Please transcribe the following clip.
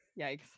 Yikes